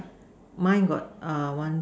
mine got err one